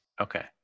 Okay